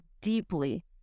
deeply